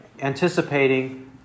anticipating